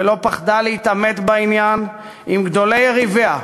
ולא פחדה להתעמת בעניין עם גדולי יריביה,